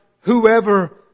whoever